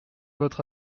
votre